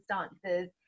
circumstances